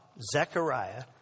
Zechariah